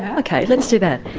ok let's do that.